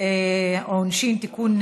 העונשין (תיקון,